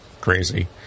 crazy